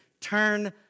Turn